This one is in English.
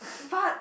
part